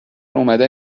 اومدن